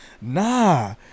Nah